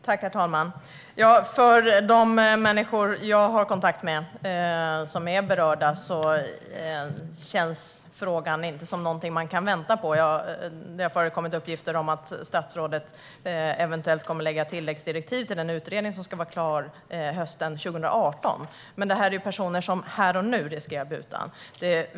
Herr talman! För de människor som jag har kontakt med som är berörda känns frågan inte som någonting man kan vänta på. Det har förekommit uppgifter om att statsrådet eventuellt kommer att lägga fram tillläggsdirektiv till den utredning som ska vara klar hösten 2018. Men detta är personer som här och nu riskerar att bli utan.